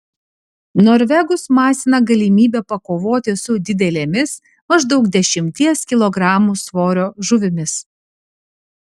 norvegus masina galimybė pakovoti su didelėmis maždaug dešimties kilogramų svorio žuvimis